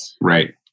Right